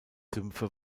sümpfe